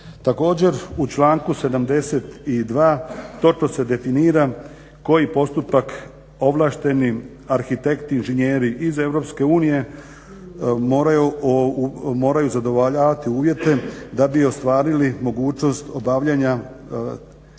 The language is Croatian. Također u članku 72. točno se definira koji postupak ovlašteni arhitekti inženjeri iz EU moraju zadovoljavati uvjete da bi ostvarili mogućnost obavljanja